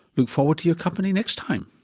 look forward to your company next time